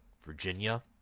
Virginia